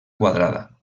quadrada